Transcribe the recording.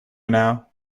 now